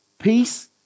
peace